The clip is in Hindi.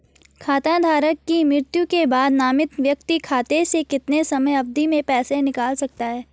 खाता धारक की मृत्यु के बाद नामित व्यक्ति खाते से कितने समयावधि में पैसे निकाल सकता है?